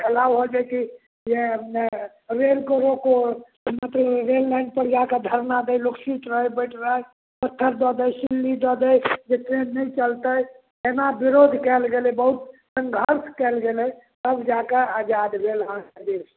allow हो जाइ की रेल को रोको मतलब रेल लाइन पर जा कऽ धरना दै लोक सीट रहै बैठ रहै पत्थर दऽ दै सिल्ली दऽ दै जे ट्रैन नहि चलतै एना विरोध कएल गेलै बहुत सङ्घर्ष कएल गेलै तब जा कऽ आजाद भेल अहाँके देश